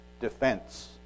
defense